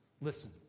Listen